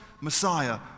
Messiah